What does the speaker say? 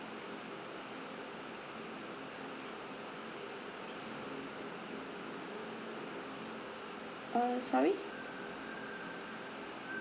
uh sorry